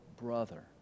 brother